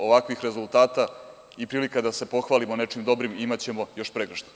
Ovakvih rezultata i prilika da se pohvalimo nečim dobrim imaćemo još pregršt.